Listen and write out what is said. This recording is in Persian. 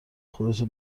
خودتو